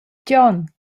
gion